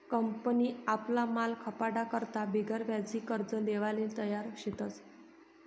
company आपला माल खपाडा करता बिगरव्याजी कर्ज देवाले तयार शेतस